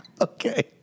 Okay